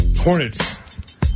Hornets